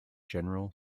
general